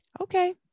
Okay